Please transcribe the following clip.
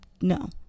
No